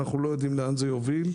אנחנו לא יודעים לאן זה יוביל,